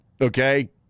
Okay